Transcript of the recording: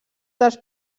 dels